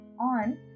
on